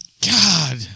God